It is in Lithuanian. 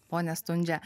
pone stundžia